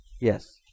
yes